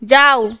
যাও